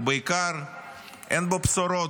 ובעיקר אין בו בשורות,